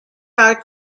are